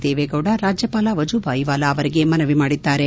ದೇವೇಗೌಡ ರಾಜ್ಯಪಾಲ ವಜೂಬಾಯಿ ವಾಲಾ ಅವರಿಗೆ ಮನವಿ ಮಾಡಿದ್ದಾರೆ